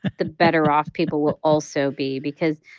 the better off people will also be because,